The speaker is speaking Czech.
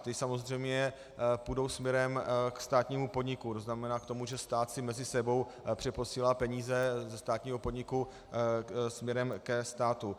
Ty samozřejmě půjdou směrem ke státnímu podniku, tzn. k tomu, že stát si mezi sebou přeposílá peníze ze státního podniku směrem ke státu.